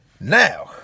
Now